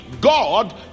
god